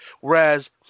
Whereas